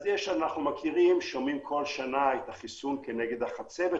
אנחנו שומעים בכל שנה על החיסון כנגד החצבת,